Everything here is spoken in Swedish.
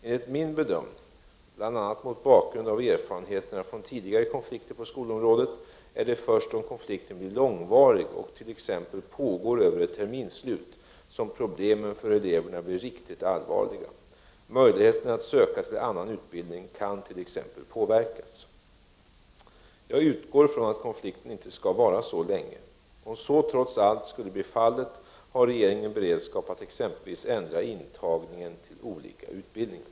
Enligt min bedömning, bl.a. mot bakgrund av erfarenheterna från tidigare konflikter på skolområdet, är det först om konflikten blir långvarig och t.ex. pågår över ett terminsslut, som problemen för eleverna blir riktigt allvarliga. Möjligheterna att söka till annan utbildning kan t.ex. påverkas. Jag utgår från att konflikten inte skall vara så länge. Om så trots allt skulle bli fallet, har regeringen beredskap att exempelvis ändra intagningen till olika utbildningar.